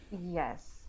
yes